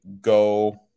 go